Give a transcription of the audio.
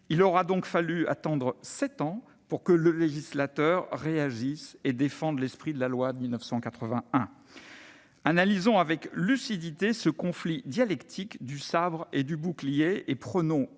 Il aura donc fallu attendre sept ans pour que le législateur réagisse et défende l'esprit de la loi de 1981. Analysons avec lucidité ce conflit dialectique du sabre et du bouclier et prenons